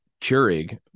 Keurig